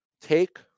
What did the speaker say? Take